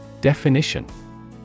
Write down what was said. Definition